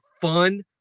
fun